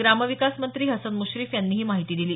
ग्रामविकास मंत्री हसन मुश्रीफ यांनी ही माहिती दिली